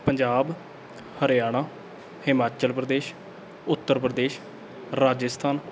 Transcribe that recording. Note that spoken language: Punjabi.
ਪੰਜਾਬ ਹਰਿਆਣਾ ਹਿਮਾਚਲ ਪ੍ਰਦੇਸ਼ ਉੱਤਰ ਪ੍ਰਦੇਸ਼ ਰਾਜਸਥਾਨ